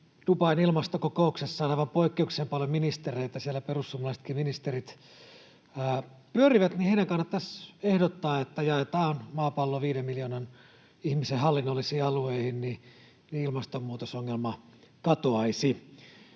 Dubain ilmastokokouksessa on poikkeuksellisen paljon ministereitä, siellä perussuomalaisetkin ministerit pyörivät, niin heidän kannattaisi ehdottaa, että jaetaan maapallo viiden miljoonan ihmisen hallinnollisiin alueisiin, ilmastonmuutosongelma katoaisi.